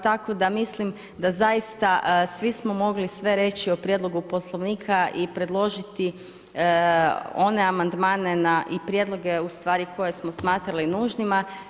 Tako da mislim da zaista svi smo mogli sve reći o Prijedlogu Poslovnika i predložiti one amandmane i prijedloge ustvari koje smo smatrali nužnima.